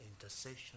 intercession